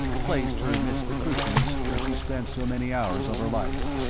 placed her amidst the cushions where she spent so many hours of her life.